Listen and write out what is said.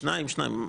שניים גם בסדר.